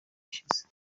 ishize